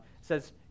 Says